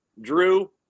Drew